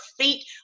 feet